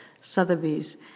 Sotheby's